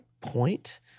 point